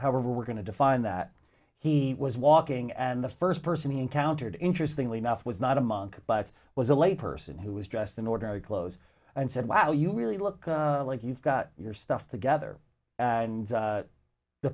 however we're going to define that he was walking and the first person he encountered interesting we enough was not a monk but was a lay person who was dressed in ordinary clothes and said wow you really look like you've got your stuff together and